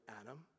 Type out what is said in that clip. Adam